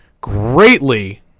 greatly –